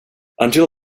until